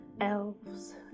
elves